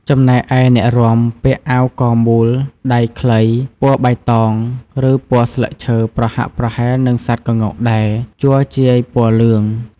ចំណែកឯអ្នករាំ ពាក់អាវកមូល ដៃខ្លី ពណ៌បៃតង ឬពណ៌ស្លឹកឈើប្រហាក់ប្រហែលនឹងសត្វក្ងោកដែរ ជ័រជាយពណ៌លឿង ។